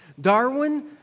Darwin